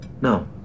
No